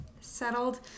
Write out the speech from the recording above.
settled